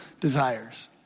desires